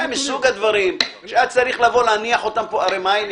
הרי מה העניין